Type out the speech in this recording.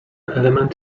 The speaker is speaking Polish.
element